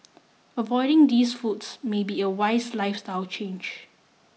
avoiding these foods may be a wise lifestyle change